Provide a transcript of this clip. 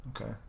Okay